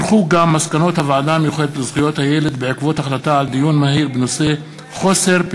מסקנות הוועדה המיוחדת לזכויות הילד בעקבות דיון מהיר בהצעתם של חברי